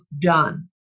done